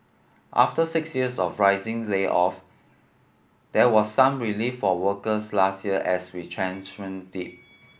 after six years of rising layoff there was some relief for workers last year as retrenchments dipped